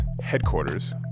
headquarters